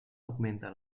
augmenta